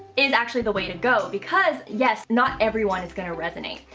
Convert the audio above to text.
is actually the way to go. because yes, not everyone is going to resonate,